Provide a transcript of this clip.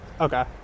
Okay